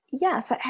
yes